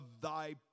thy